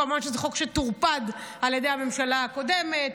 כמובן שזה חוק שטורפד על ידי הממשלה הקודמת,